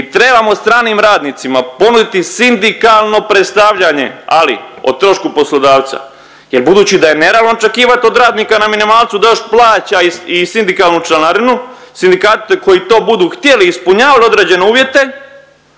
mi trebamo stranim radnicima ponuditi sindikalno predstavljanje ali o trošku poslodavca jer budući da je nerealno očekivati od radnika na minimalcu da još plaća i sindikalnu članarinu, sindikati koji to budu htjeli, ispunjavali određene uvjete